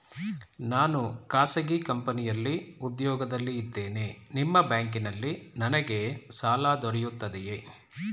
ನಾನು ಖಾಸಗಿ ಕಂಪನಿಯಲ್ಲಿ ಉದ್ಯೋಗದಲ್ಲಿ ಇದ್ದೇನೆ ನಿಮ್ಮ ಬ್ಯಾಂಕಿನಲ್ಲಿ ನನಗೆ ಸಾಲ ದೊರೆಯುತ್ತದೆಯೇ?